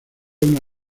una